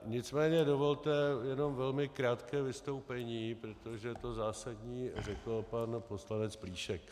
Nicméně dovolte jenom velmi krátké vystoupení, protože to zásadní řekl pan poslanec Plíšek.